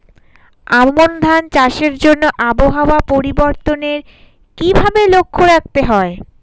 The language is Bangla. আমন ধান চাষের জন্য আবহাওয়া পরিবর্তনের কিভাবে লক্ষ্য রাখতে হয়?